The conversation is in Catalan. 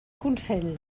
consell